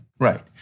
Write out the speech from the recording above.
Right